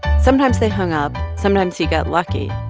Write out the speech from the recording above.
sometimes they hung up sometimes he got lucky.